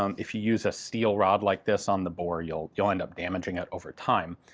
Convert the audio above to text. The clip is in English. um if you use a steel rod like this on the bore, you'll you'll end up damaging it over time.